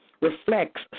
reflects